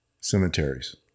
Cemeteries